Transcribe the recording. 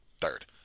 third